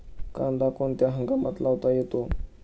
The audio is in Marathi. कांदा कोणत्या हंगामात लावता येतो?